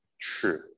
true